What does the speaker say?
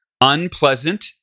unpleasant